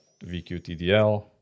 vqtdl